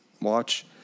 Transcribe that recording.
watch